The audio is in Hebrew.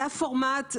זה הפורמט.